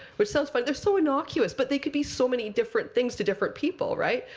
which sounds funny. they're so innocuous. but they could be so many different things to different people, right?